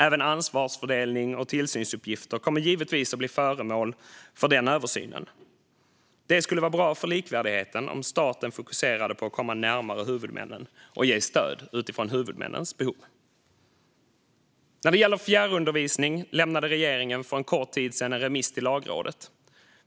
Även ansvarsfördelning och tillsynsuppgifter kommer givetvis att bli föremål för den översynen. Det skulle vara bra för likvärdigheten om staten fokuserade på att komma närmare huvudmännen och att ge stöd utifrån huvudmännens behov. När det gäller fjärrundervisning lämnade regeringen för en kort tid sedan en remiss till Lagrådet.